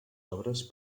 obres